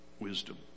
wisdom